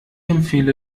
empfehle